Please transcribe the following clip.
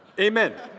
Amen